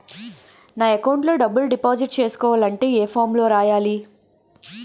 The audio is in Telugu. నా అకౌంట్ లో డబ్బులు డిపాజిట్ చేసుకోవాలంటే ఏ ఫామ్ లో రాయాలి?